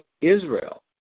Israel